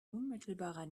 unmittelbarer